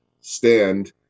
stand